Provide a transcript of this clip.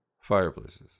fireplaces